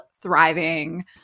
thriving